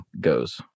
goes